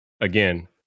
Again